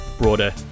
broader